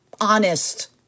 honest